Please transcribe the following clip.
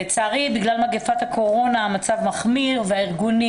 לצערי בגלל מגיפת הקורונה המצב מחמיר והארגונים